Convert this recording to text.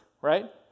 right